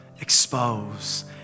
Expose